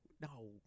No